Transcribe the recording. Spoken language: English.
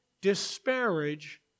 disparage